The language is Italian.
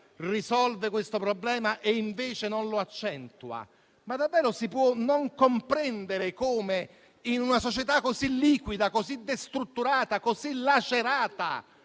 risolva questo problema e invece non lo accentui? Davvero si può non comprendere come, in una società così liquida, così destrutturata, così lacerata,